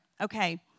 okay